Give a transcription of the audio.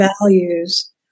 values